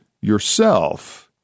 yourself